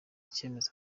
icyemezo